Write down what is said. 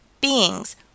beings